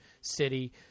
City